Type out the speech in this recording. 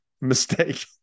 mistake